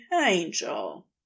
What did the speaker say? angel